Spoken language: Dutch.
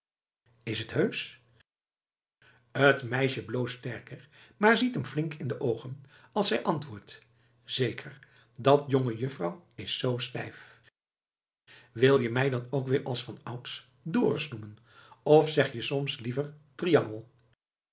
is t heusch t meisje bloost sterker maar ziet hem flink in de oogen als zij antwoordt zeker dat jongejuffrouw is zoo stijf wil je mij dan ook weer als vanouds dorus noemen of zeg je soms liever